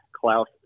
Klaus